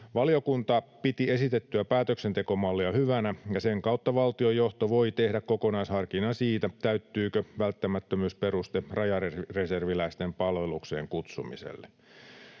Valiokunta piti esitettyä päätöksentekomallia hyvänä, ja sen kautta valtionjohto voi tehdä kokonaisharkinnan siitä, täyttyykö välttämättömyysperuste rajareserviläisten palvelukseen kutsumiselle.